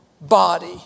body